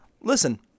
Listen